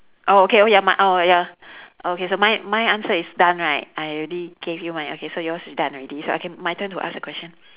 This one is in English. oh okay oh ya my oh ya okay so mine my answer is done right I already gave you my an~ okay so yours is done already so okay my turn to ask the question